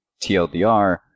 TLDR